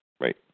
Right